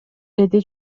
деди